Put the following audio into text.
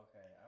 okay